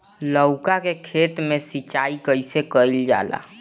लउका के खेत मे सिचाई कईसे कइल जाला?